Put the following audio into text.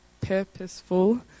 purposeful